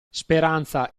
speranza